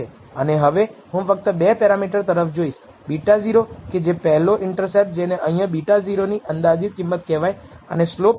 એ જ રીતે આપણે β1 hat 90 ટકા કોન્ફિડન્સ ઈન્ટર્વલસ માટે ઈન્ટર્વલ કોન્ફિડન્સ ઈન્ટર્વલસ બનાવી શકીએ છીએ અને તે 15 અથવા લગભગ બે વખત 0